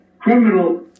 criminal